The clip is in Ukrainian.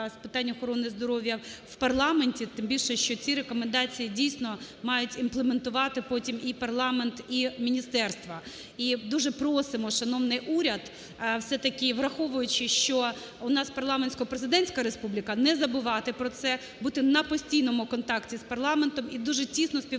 з питань охорони здоров'я в парламенті. Тим більше, що ці рекомендації, дійсно, мають імплементувати потім і парламент, і міністерства. І дуже просимо, шановний уряд, все-таки враховуючи, що у нас парламентсько-президентська республіка, не забувати про це, бути на постійному контакті з парламентом і дуже тісно співпрацювати